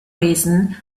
reason